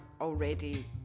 already